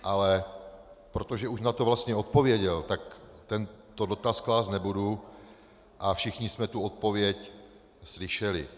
Ale protože už na to vlastně odpověděl, tak tento dotaz klást nebudu a všichni jsme tu odpověď slyšeli.